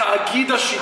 תאגיד השידור הזה.